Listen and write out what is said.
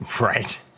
Right